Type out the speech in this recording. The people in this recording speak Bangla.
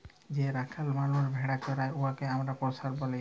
যে রাখাল মালুস ভেড়া চরাই উয়াকে আমরা শেপাড় ব্যলি